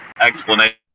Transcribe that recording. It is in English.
explanation